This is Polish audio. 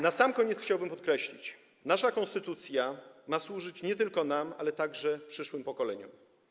Na koniec chciałbym podkreślić, że nasza konstytucja ma służyć nie tylko nam, ale także przyszłym pokoleniom.